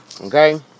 okay